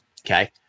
Okay